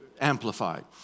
Amplified